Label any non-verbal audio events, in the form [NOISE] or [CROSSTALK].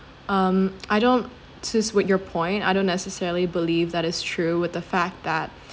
um I don't [NOISE] with your point I don't necessarily believe that is true with the fact that